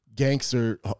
Gangster